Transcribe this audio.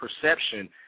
perception